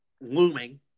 looming